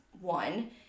one –